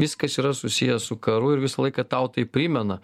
viskas yra susiję su karu ir visą laiką tau tai primena